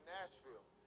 Nashville